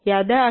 याद्या आहेत